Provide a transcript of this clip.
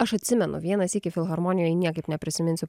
aš atsimenu vieną sykį filharmonijoj niekaip neprisiminsiu